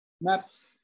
maps